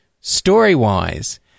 story-wise